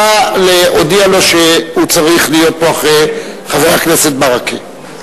נא להודיע לו שהוא צריך להיות פה אחרי חבר הכנסת ברכה.